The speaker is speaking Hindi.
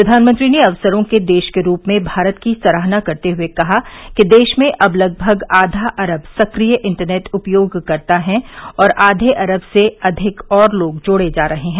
प्रधानमंत्री ने अवसरों के देश के रूप में भारत की सराहना करते हुए कहा कि देश में अब लगभग आधा अरब सक्रिय इंटरनेट उपयोगकर्ता हैं और आधे अरब से अधिक और लोग जोड़े जा रहे हैं